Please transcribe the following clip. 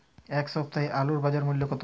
এ সপ্তাহের আলুর বাজার মূল্য কত?